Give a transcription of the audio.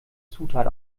zutat